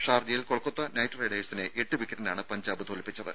ഷാർജയിൽ കൊൽക്കത്ത നൈറ്റ് റൈഡേഴ്സിനെ എട്ട് വിക്കറ്റിനാണ് പഞ്ചാബ് തോൽപ്പിച്ചത്